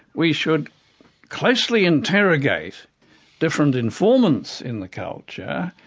we should closely interrogate different informants in the culture,